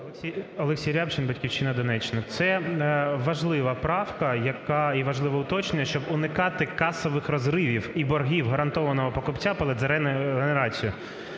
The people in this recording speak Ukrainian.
Олексій Рябчин, "Батьківщина", Донеччина. Це важлива правка, яка… є важливе уточнення, щоб уникати касових розривів і боргів гарантованого покупця перед "зеленою" генерацією.